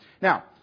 Now